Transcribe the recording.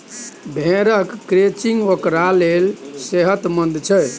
भेड़क क्रचिंग ओकरा लेल सेहतमंद छै